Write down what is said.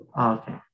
Okay